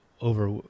over